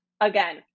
Again